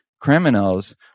criminals